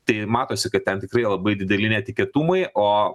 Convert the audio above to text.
tai matosi kad ten tikrai labai dideli netikėtumai o